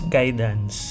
guidance